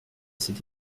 cet